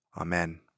Amen